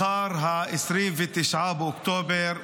מחר 29 באוקטובר,